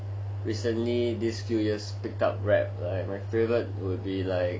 recently these few years picked up rap my favourite would be like